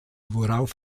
worauf